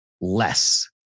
less